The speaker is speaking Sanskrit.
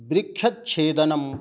वृक्षच्छेदनं